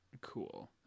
Cool